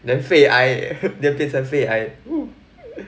then 肺癌 eh then 变成肺癌 !woo!